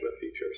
features